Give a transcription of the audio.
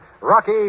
Rocky